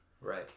right